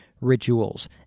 rituals